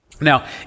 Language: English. Now